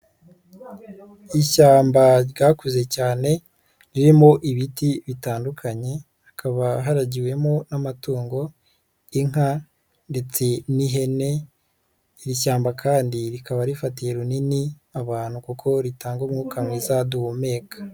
Ishyamba ryakuze cyane, ririmo ibiti bitandukanye, hakaba haragiwemo n'amatungo, inka ndetseti n'ihene, iri shyamba kandi rikaba rifatiye runini abantu kuko ritanga umwuka mwiza duhumeka.